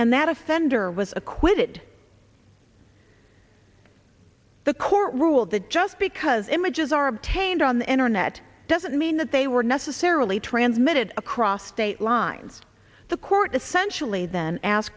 and that offender was acquitted the court ruled that just because images are obtained on the internet doesn't mean that they were necessarily transmitted across state lines the court essentially then ask